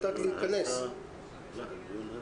אפשרות להתכנסות בכיתות יותר קטנות.